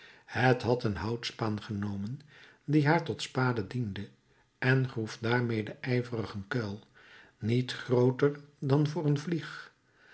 het had een houtspaan genomen die haar tot spade diende en groef daarmede ijverig een kuil niet grooter dan voor een vlieg